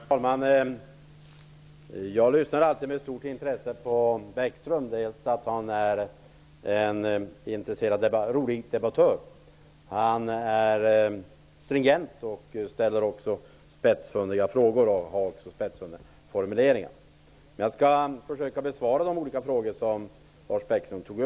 Herr talman! Jag lyssnar alltid med stort intresse på Lars Bäckström. Han är en rolig debattör. Han är stringent och ställer spetsfundiga frågor och använder spetsfundiga formuleringar. Jag skall försöka besvara de frågor som Lars Bäckström ställde.